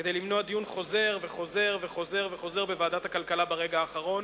כדי למנוע דיון חוזר וחוזר וחוזר בוועדת הכלכלה ברגע האחרון,